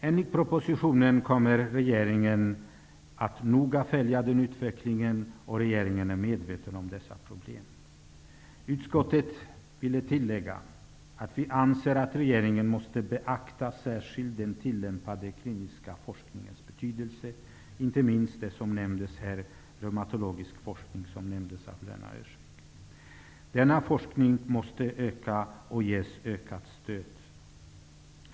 Enligt propositionen kommer regeringen noga att följa den utvecklingen, och regeringen är medveten om dessa problem. Utskottet ville tillägga att vi anser att regeringen särskilt måste beakta den tillämpade kliniska forskningens betydelse, inte minst när det gäller den reumatologiska forskning som nämndes av Lena Öhrsvik. Forskningen måste öka och ges ökat stöd.